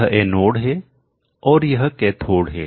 यह एनोड है और यह कैथोड है